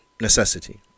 necessity